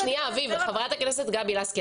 חברת הכנסת גבי לסקי,